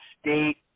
State